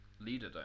leader